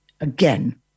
again